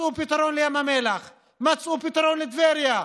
מצאו פתרון לים המלח ומצאו פתרון לטבריה.